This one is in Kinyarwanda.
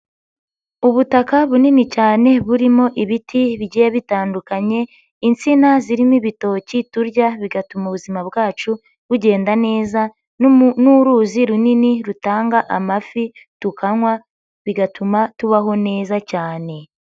Ubutaka bunini cyane burimo ibiti bigiye bitandukanye, insina zirimo ibitoki turya bigatuma ubuzima bwacu bugenda neza n'uruzi runini rutanga amafi tukanywa bigatuma tubaho neza cyane.